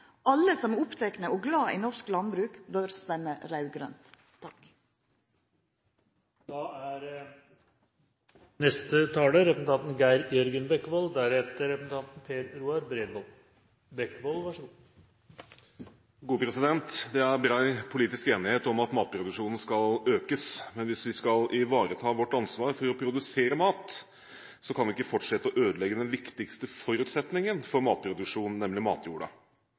Alle som er opptekne av og glad i norsk landbruk, bør stemma raud-grønt. Det er bred politisk enighet om at matproduksjonen skal økes. Men hvis vi skal ivareta vårt ansvar for å produsere mat, kan vi ikke fortsette å ødelegge den viktigste forutsetningen for matproduksjon, nemlig matjorda.